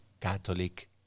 Catholic